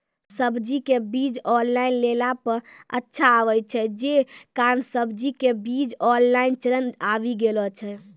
सब्जी के बीज ऑनलाइन लेला पे अच्छा आवे छै, जे कारण सब्जी के बीज ऑनलाइन चलन आवी गेलौ छै?